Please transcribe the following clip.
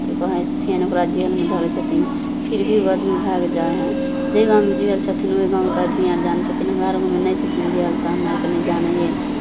की कहै हइ फेर ओकरा जहलमे धरै छथिन फेर भी ओ आदमी भागि जाइ हइ जे गाँवमे जहल छथिन ओहि गाँवके आदमी आर जानै छथिन हमरा आर गाँवमे नहि छथिन जहल तऽ हमरा अर नहि जानै हियै